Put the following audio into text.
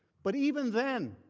but even then,